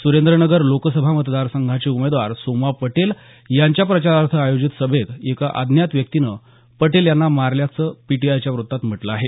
सुरेंद्र नगर लोकसभा मतदार संघाचे उमेदवार सोमा पटेल यांच्या प्रचारार्थ आयोजित सभेत एका अज्ञात व्यक्तीनं पटेल यांना मारल्याचं पीटीआयच्या वृत्तात म्हटलं आहे